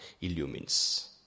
Illumines